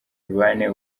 bane